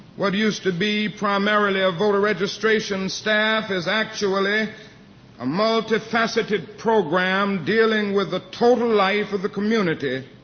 what used to be primarily a voter registration staff is actually a multifaceted program dealing with the total life of the community,